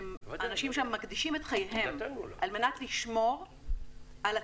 שהאנשים שם מקדישים את חייהם על מנת לשמור על הטבע,